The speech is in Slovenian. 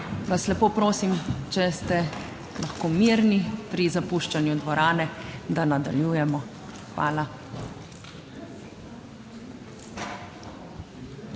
Vas lepo prosim, če ste lahko mirni pri zapuščanju dvorane, da nadaljujemo, hvala.